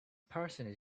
person